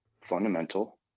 fundamental